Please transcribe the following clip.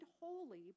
holy